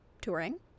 touring